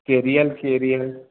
carrier carrier